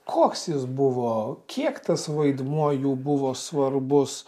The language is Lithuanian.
koks jis buvo kiek tas vaidmuo jų buvo svarbus